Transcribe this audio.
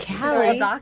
Callie